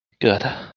Good